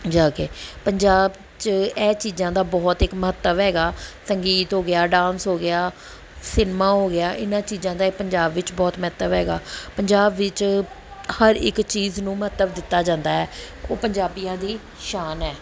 ਜਾ ਕੇ ਪੰਜਾਬ 'ਚ ਇਹ ਚੀਜ਼ਾਂ ਦਾ ਬਹੁਤ ਇੱਕ ਮਹੱਤਵ ਹੈਗਾ ਸੰਗੀਤ ਹੋ ਗਿਆ ਡਾਂਸ ਹੋ ਗਿਆ ਸਿਨਮਾ ਹੋ ਗਿਆ ਇਹਨਾਂ ਚੀਜ਼ਾਂ ਦਾ ਪੰਜਾਬ ਵਿੱਚ ਬਹੁਤ ਮਹੱਤਵ ਹੈਗਾ ਪੰਜਾਬ ਵਿੱਚ ਹਰ ਇੱਕ ਚੀਜ਼ ਨੂੰ ਮਹੱਤਵ ਦਿੱਤਾ ਜਾਂਦਾ ਹੈ ਉਹ ਪੰਜਾਬੀਆਂ ਦੀ ਸ਼ਾਨ ਹੈ